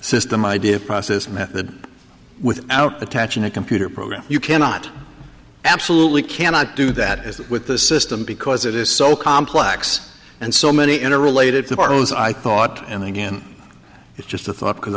system idea process method without attaching a computer program you cannot absolutely cannot do that is with the system because it is so complex and so many in a related to paros i thought and again it's just a thought because